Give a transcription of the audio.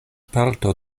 parto